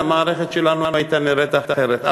המערכת שלנו הייתה נראית אחרת.